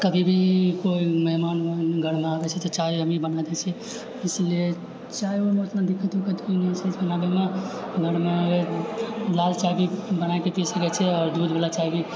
कभी भी केओ मेहमान ओहमान घरमे आबैत छै तऽ चाय हमही बना दै छियै इसीलिए चाय ओहिमे ओतना दिक्कत ओक्कत नहि छै बनाबैमे घरमे लाल चाय भी बनाए कऽ पी सकैत छियै आओर दूधबाला चाय भी